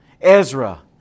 Ezra